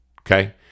Okay